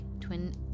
Twin